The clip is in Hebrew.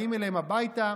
באים אליהם הביתה,